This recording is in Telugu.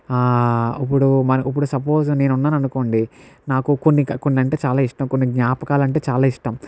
ఆ ఇప్పుడు మన ఇప్పుడు సపోజ్ నేనున్నాను అనుకోండి నాకు కొన్ని కొన్ని అంటే చాలా ఇష్టం కొన్ని జ్ఞాపకాలు అంటే చాలా ఇష్టం